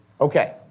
Okay